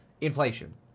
inflation